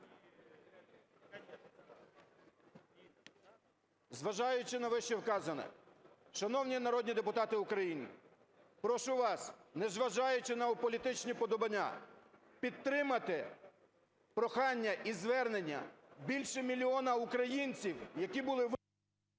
Зважаючи на вищевказане, шановні народні депутати, прошу вас, незважаючи на політичні уподобання, підтримати прохання і звернення більше мільйона українців, які були…